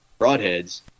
broadheads